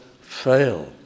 Fail